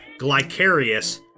Glycarius